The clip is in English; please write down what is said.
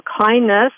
kindness